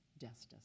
justice